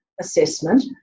assessment